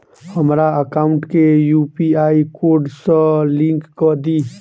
हमरा एकाउंट केँ UPI code सअ लिंक कऽ दिऽ?